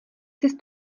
sis